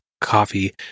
coffee